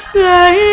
say